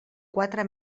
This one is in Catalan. quatre